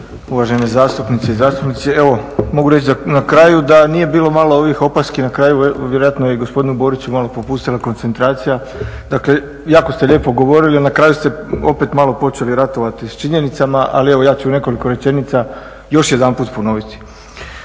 Uvažene zastupnice i zastupnici. Evo mogu reći na kraju da nije bilo malo ovih opaski na kraju, vjerojatno je gospodinu Boriću malo popustila koncentracija, dakle jako ste lijepo govorili, a na kraju ste opet malo počeli ratovati s činjenicama, ali evo ja ću u nekoliko rečenica još jedanput ponoviti.